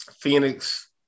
Phoenix